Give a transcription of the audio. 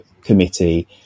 committee